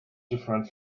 different